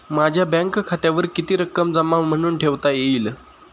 माझ्या बँक खात्यावर किती रक्कम जमा म्हणून ठेवता येईल?